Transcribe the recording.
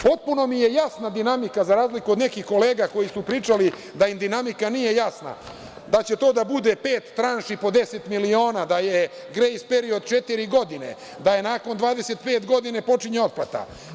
Potpuno mi je jasna dinamika, za razliku od nekih kolega koji su pričali da im dinamika nije jasna, da će to da bude pet tranši po deset miliona, da je grejs period četiri godine, da nakon 25. godine počinje otplata.